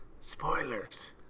Spoilers